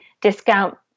discount